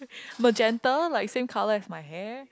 magenta like same colour as my hair